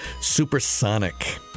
Supersonic